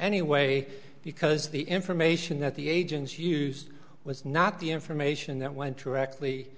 anyway because the information that the agents used was not the information that went directly